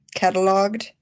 cataloged